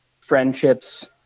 friendships